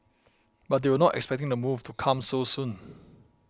but they were not expecting the move to come so soon